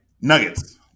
Nuggets